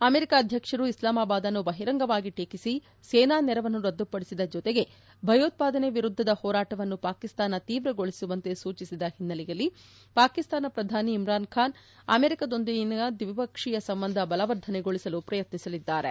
America ಅಧ್ಯಕ್ಷರು ಇಸ್ಲಾಮಾಬಾದ್ನ್ನು ಬಹಿರಂಗವಾಗಿ ಟೀಕಿಸಿ ಸೇನಾ ನೆರವನ್ನು ರದ್ದುಪಡಿಸಿದ ಜೊತೆಗೆ ಭಯೋತ್ವಾದನೆ ವಿರುದ್ದದ ಹೋರಾಟವನ್ನು ಪಾಕಿಸ್ತಾನ ತೀವ್ರಗೊಳಿಸುವಂತೆ ಸೂಚಿಸಿದ ಹಿನ್ನೆಲೆಯಲ್ಲಿ ಪಾಕಿಸ್ತಾನ ಪ್ರಧಾನಿ ಇಮ್ರಾನ್ ಖಾನ್ ಅಮೆರಿಕದೊಂದಿಗಿನ ದ್ವಿಪಕ್ಷೀಯ ಸಂಬಂಧ ಬಲವರ್ಧನೆಗೊಳಿಸಲು ಪ್ರಯತ್ನಿಸಲಿದ್ದಾರೆ